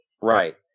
Right